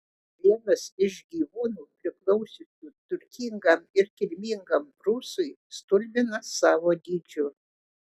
vienas iš gyvūnų priklausiusių turtingam ir kilmingam prūsui stulbina savo dydžiu